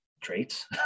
traits